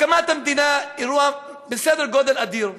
הקמת המדינה, אירוע בסדר גודל אדיר.